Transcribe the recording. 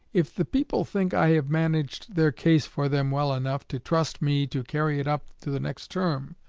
if the people think i have managed their case for them well enough to trust me to carry it up to the next term,